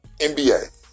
NBA